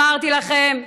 אמרתי לכם,